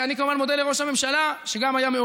לרכוש דירה במחיר למשתכן, מחיר